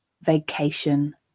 vacation